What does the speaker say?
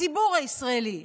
הציבור הישראלי,